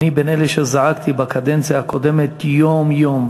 אני בין אלה שזעקו בקדנציה הקודמת יום-יום,